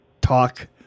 talk